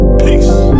Peace